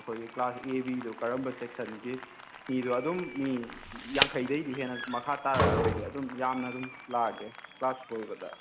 ꯑꯩꯈꯣꯏꯒꯤ class A ꯕꯤꯗꯣ ꯀꯔꯝꯕ ꯁꯦꯛꯁꯟꯒꯤ ꯃꯤꯗꯣ ꯑꯗꯨꯝ ꯃꯤ ꯌꯥꯡꯈꯩꯗꯩꯗꯤ ꯍꯦꯟꯅ ꯃꯈꯥ ꯇꯥꯔꯛ ꯑꯔꯣꯏꯒꯦ ꯑꯗꯨꯝ ꯌꯥꯝꯅ ꯑꯗꯨꯝ ꯂꯥꯛꯑꯒꯦ ꯀ꯭ꯂꯥꯁ ꯂꯣꯏꯕꯗ